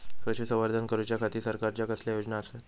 पशुसंवर्धन करूच्या खाती सरकारच्या कसल्या योजना आसत?